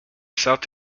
south